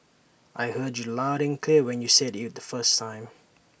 I heard you loud and clear when you said IT the first time